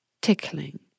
tickling